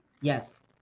Yes